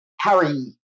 Harry